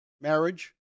Marriage